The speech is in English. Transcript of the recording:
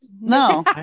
No